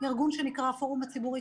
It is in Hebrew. ארגון שנקרא: פורום הציבורי,